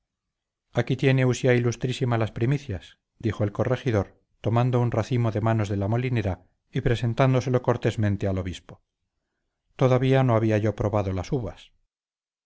aquí tiene usía ilustrísima las primicias dijo el corregidor tomando un racimo de manos de la molinera y presentándoselo cortésmente al obispo todavía no había yo probado las uvas